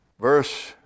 verse